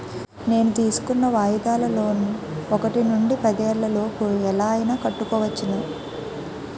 నేను తీసుకున్న వాయిదాల లోన్ ఒకటి నుండి పదేళ్ళ లోపు ఎలా అయినా కట్టుకోవచ్చును